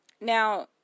Now